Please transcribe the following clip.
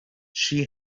she